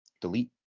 Delete